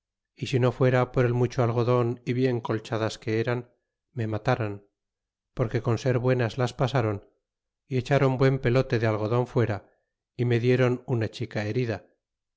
y si no fuera por el mucho algodon y bien colchadas que eran me mataran porque con ser buenas las pasron y echron buen pelote de algodon fuera y me dieron una chica herida